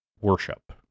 worship